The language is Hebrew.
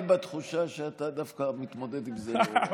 אני בתחושה שאתה דווקא מתמודד עם זה לא רע,